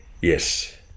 Yes